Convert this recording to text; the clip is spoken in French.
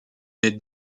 n’êtes